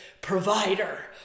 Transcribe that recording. provider